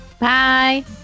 Bye